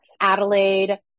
Adelaide